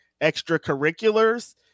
extracurriculars